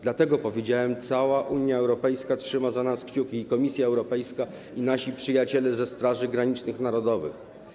Dlatego powiedziałem: cała Unia Europejska trzyma za nas kciuki, i Komisja Europejska, i nasi przyjaciele ze straży granicznych narodowych.